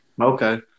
okay